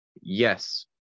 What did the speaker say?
yes